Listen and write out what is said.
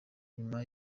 nyuma